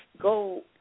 go